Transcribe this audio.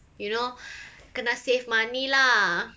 you know kena save money lah